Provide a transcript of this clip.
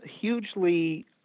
hugely